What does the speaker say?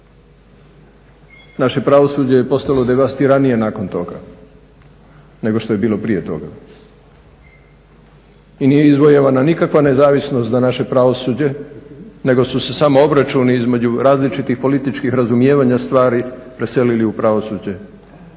Naše pravosuđe je postalo devastiranije nakon toga nego što je bilo prije toga. I nije izvojevana nikakva nezavisnost za naše pravosuđe nego su se samo obračuni između različitih političkih razumijevanja stvari preselili u pravosuđe